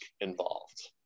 involved